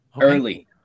Early